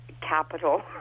capital